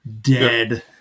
dead